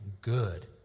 good